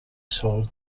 sole